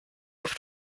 oft